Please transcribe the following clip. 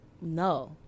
No